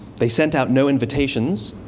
they sent out no invitations,